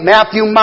Matthew